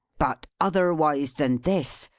but otherwise than this,